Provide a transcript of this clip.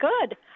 Good